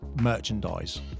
merchandise